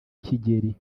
kigeli